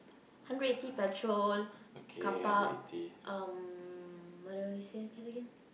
hundred eighty petrol carpark um what do I say again again